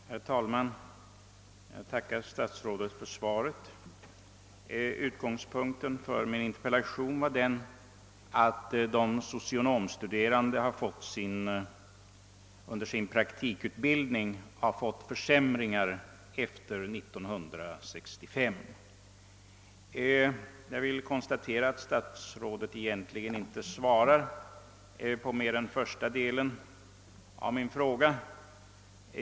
Herr talman! Jag tackar statsrådet för svaret på min interpellation. Utgångspunkten för denna var att de socionomstuderande efter år 1965 fått vidkännas försämrade förhållanden under sin praktikutbildning. Jag vill konstatera att statsrådet egentligen inte svarar på den första delen av min fråga.